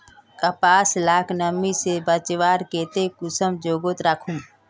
कपास लाक नमी से बचवार केते कुंसम जोगोत राखुम?